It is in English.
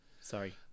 sorry